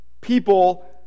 people